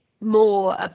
more